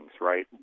right